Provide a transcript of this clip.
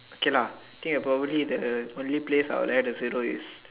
okay lah I think probably the only place I'll add a zero is